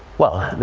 well,